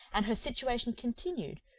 and her situation continued,